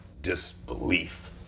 disbelief